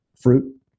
Fruit